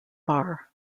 bar